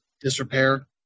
disrepair